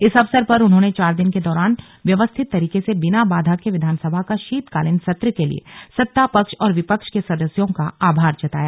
इस अवसर पर उन्होंने चार दिन के दौरान व्यवस्थित तरीके से बिना बाधा के विधानसभा का शीतकालीन सत्र के लिए सत्ता पक्ष और विपक्ष के सदस्यों का आभार जताया